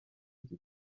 iki